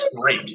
great